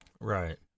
Right